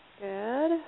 Good